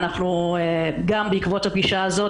גם בעקבות הפגישה הזאת,